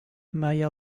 maya